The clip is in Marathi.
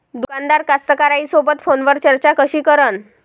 दुकानदार कास्तकाराइसोबत फोनवर चर्चा कशी करन?